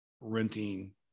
renting